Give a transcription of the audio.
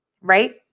right